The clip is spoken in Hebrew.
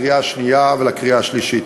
לקריאה השנייה ולקריאה השלישית.